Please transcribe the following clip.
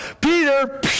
Peter